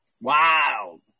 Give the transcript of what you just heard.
wow